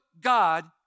God